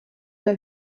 der